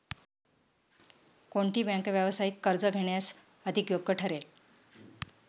कोणती बँक व्यावसायिक कर्ज घेण्यास अधिक योग्य ठरेल?